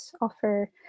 offer